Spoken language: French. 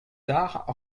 tard